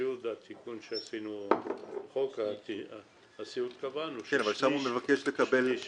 מהתיקון שעשינו בחוק הסיעוד קבענו שמקבל שליש